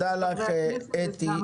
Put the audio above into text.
תודה לך אתי.